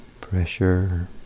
pressure